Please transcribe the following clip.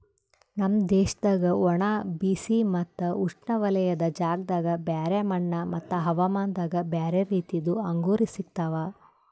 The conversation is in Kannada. ನಮ್ ದೇಶದಾಗ್ ಒಣ, ಬಿಸಿ ಮತ್ತ ಉಷ್ಣವಲಯದ ಜಾಗದಾಗ್ ಬ್ಯಾರೆ ಮಣ್ಣ ಮತ್ತ ಹವಾಮಾನದಾಗ್ ಬ್ಯಾರೆ ರೀತಿದು ಅಂಗೂರ್ ಸಿಗ್ತವ್